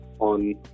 on